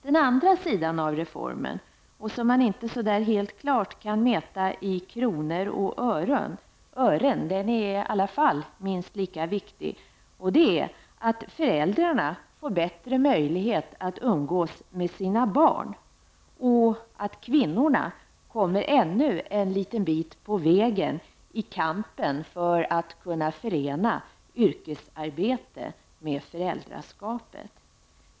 Den andra sidan av reformen -- som man inte så klart kan mäta i kronor och ören men som i alla fall är minst lika viktig -- är att föräldrarna får bättre möjlighet att umgås med sina barn och att kvinnorna kommer ännu en liten bit på vägen i kampen för att kunna förena yrkesarbete med föräldraskap.